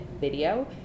video